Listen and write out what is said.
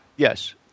Yes